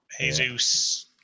Jesus